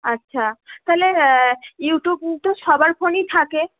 আচ্ছা তাহলে YouTube YouTube সবার ফোনেই থাকে